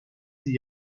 sie